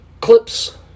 clips